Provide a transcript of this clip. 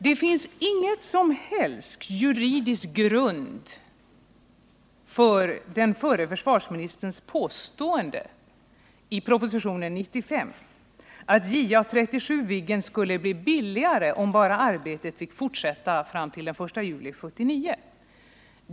Det finns ingen som helst juridisk grund för den förre försvarsministerns påstående i propositionen 95 att JA 37 Viggen skulle bli billigare om bara arbetet fick fortsätta fram till den 1 juli 1979.